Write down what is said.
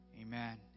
Amen